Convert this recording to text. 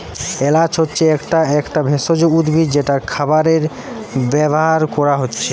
এলাচ হচ্ছে একটা একটা ভেষজ উদ্ভিদ যেটা খাবারে ব্যাভার কোরা হচ্ছে